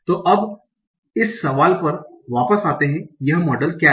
तो अब इस सवाल पर वापस आते हैं कि यह मॉडल क्या है